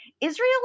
Israel